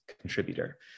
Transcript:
contributor